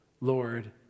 Lord